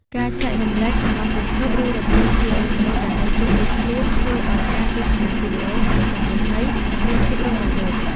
ការចែករំលែកអារម្មណ៍រំភើបឬរន្ធត់ជាមួយមនុស្សដែលនៅជុំវិញខ្លួនធ្វើឱ្យការទស្សនាវីដេអូកាន់តែមានន័យនិងមានភាពរស់រវើក។